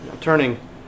Turning